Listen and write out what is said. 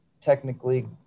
technically